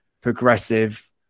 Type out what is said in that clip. progressive